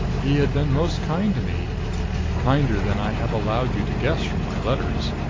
he had been most kind to me kinder than i have allowed you to guess from my letters.